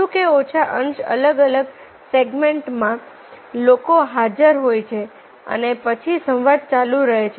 વધુ કે ઓછા અંશે અલગ અલગ સેગમેન્ટના લોકો હાજર હોય છે અને પછી સંવાદ ચાલુ રહે છે